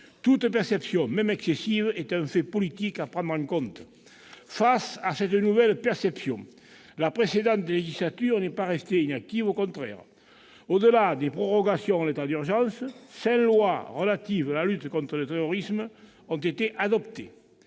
Toute perception, même excessive, est un fait politique à prendre en compte. Face à cette nouvelle perception, la précédente législature n'est pas restée inactive, au contraire ! Au-delà des prorogations de l'état d'urgence, cinq lois relatives à la lutte contre le terrorisme ont été adoptées.